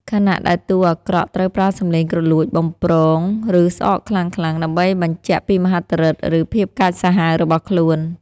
ខណៈដែលតួអាក្រក់ត្រូវប្រើសំឡេងគ្រលួច បំព្រង ឬស្អកខ្លាំងៗដើម្បីបញ្ជាក់ពីមហិទ្ធិឫទ្ធិ ឬភាពកាចសាហាវរបស់ខ្លួន។